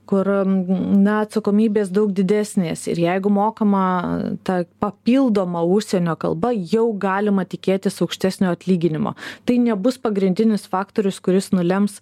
kur na atsakomybės daug didesnės ir jeigu mokama ta papildoma užsienio kalba jau galima tikėtis aukštesnio atlyginimo tai nebus pagrindinis faktorius kuris nulems